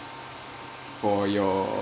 for your